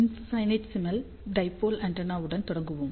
infinitesimal dipole ஆண்டெனாவுடன் தொடங்குவோம்